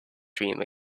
dream